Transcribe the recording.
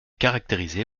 caractérisé